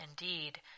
indeed